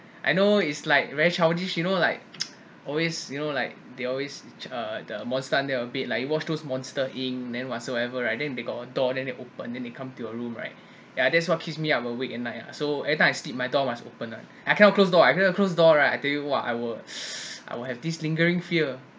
I know is like very childish you know like always you know like they always uh the monster under your bed like you watch those monster inc then whatsoever right then they got a door then they open then they come to your room right yeah that's what keeps me I'm up awake at night so everytime I sleep my door was open [one] I cannot close door I cannot close door right I tell you !wah! I will I will have this lingering fear